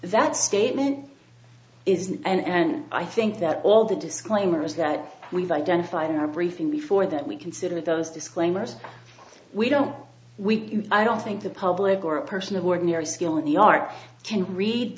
that statement isn't and i think that all the disclaimers that we've identified in our briefing before that we consider those disclaimers we don't we i don't think the public or a person of ordinary skill in the art can read